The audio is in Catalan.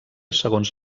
segons